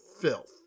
filth